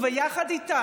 היעדר הסדרה